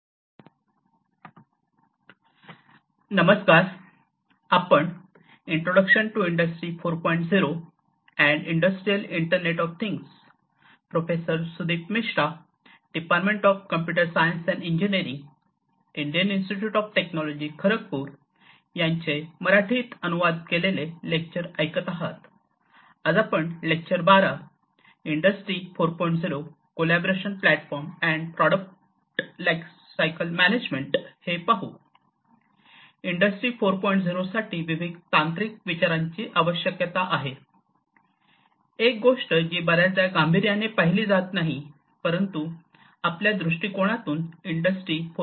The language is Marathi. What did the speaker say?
एक गोष्ट जी बर्याचदा गांभीर्याने पाहिले जात नाही परंतु आपल्या दृष्टीकोनातून इंडस्ट्री 4